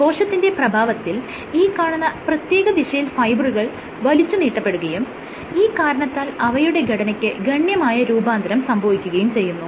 കോശത്തിന്റെ പ്രഭാവത്തിൽ ഈ കാണുന്ന പ്രത്യേക ദിശയിൽ ഫൈബ്രിലുകൾ വലിച്ചുനീട്ടപ്പെടുകയും ഈ കാരണത്താൽ അവയുടെ ഘടനയ്ക്ക് ഗണ്യമായ രൂപാന്തരം സംഭവിക്കുകയും ചെയ്യുന്നു